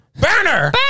burner